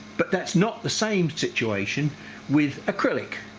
but that's not the same situation with acrylic.